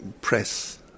press